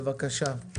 בבקשה.